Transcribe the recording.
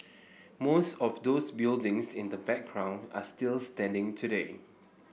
most of those buildings in the background are still standing today